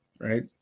Right